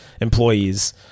employees